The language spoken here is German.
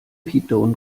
piepton